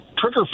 trigger